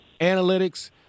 analytics